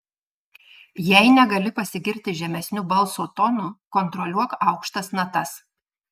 jei negali pasigirti žemesniu balso tonu kontroliuok aukštas natas